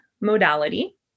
modality